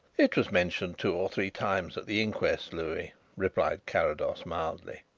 it was mentioned two or three times at the inquest, louis, replied carrados mildly.